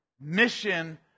mission